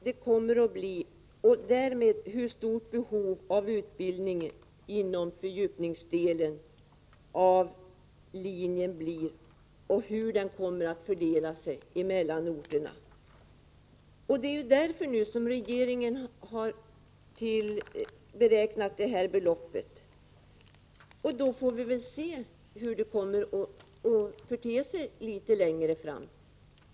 Herr talman! Man kan inte nu veta hur det kommer att bli. Man vet inte hur stort behovet blir av utbildning inom ekonomlinjens fördjupningsdel och hur utbildningen kommer att fördelas mellan olika orter. Det är därför som regeringen har beräknat detta belopp. Vi får se hur det kommer att te sig litet längre fram.